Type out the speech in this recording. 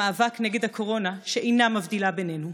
במאבק נגד הקורונה, שאינה מבדילה בינינו.